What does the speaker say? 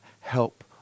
help